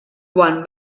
quan